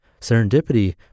Serendipity